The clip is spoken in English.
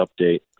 update